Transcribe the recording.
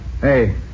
Hey